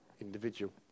individual